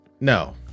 no